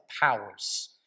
powers